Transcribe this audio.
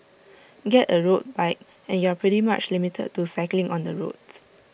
get A road bike and you're pretty much limited to cycling on the roads